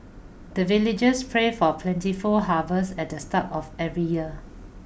the villagers pray for plentiful harvest at the start of every year